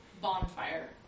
bonfire